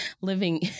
living